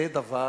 זה דבר